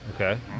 Okay